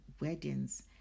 weddings